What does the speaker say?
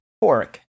pork